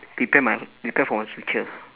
prepare my prepare for my future